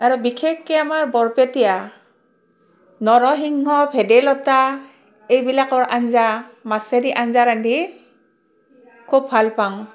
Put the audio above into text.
আৰু বিশেষকৈ আমাৰ বৰপেটীয়া নৰসিংহ ভেদাইলতা এইবিলাকৰ আঞ্জা মাছে দি আঞ্জা ৰান্ধি খুব ভাল পাওঁ